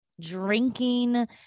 drinking